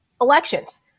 elections